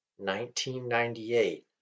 1998